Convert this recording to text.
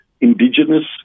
indigenous